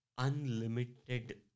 unlimited